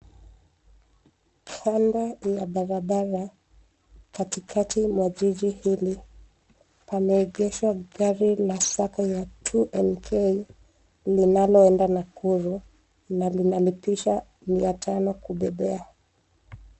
Kando ya barabara katikati mwa jiji hili pameegeshwa gari la sako ya 2nk linaloenda Nakuru na lina lipisha Mia tano kubebea.